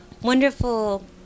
wonderful